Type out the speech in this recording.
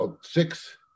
six